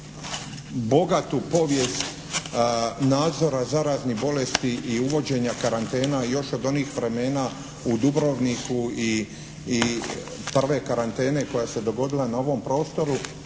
bogatu povijest nadzora zaraznih bolesti i uvođenja karantena još od onih vremena u Dubrovniku i prve karantene koja se dogodila na ovom prostoru.